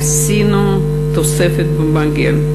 עשינו תוספת במגן,